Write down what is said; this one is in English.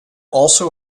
also